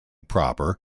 proper